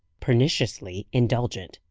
perniciously indulgent,